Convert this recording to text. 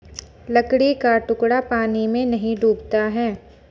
लकड़ी का टुकड़ा पानी में नहीं डूबता है